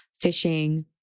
Fishing